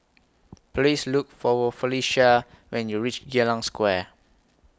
Please Look For Wo Felicia when YOU REACH Geylang Square